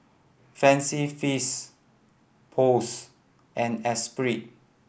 Fancy Feast Post and Espirit